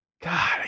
God